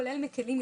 כולל המקלים,